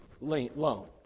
loan